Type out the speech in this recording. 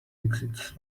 exits